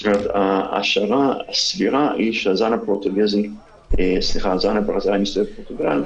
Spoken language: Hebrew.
ההשערה הסבירה היא שהזן הברזילאי מסתובב בפורטוגל,